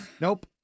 Nope